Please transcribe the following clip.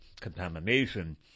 contamination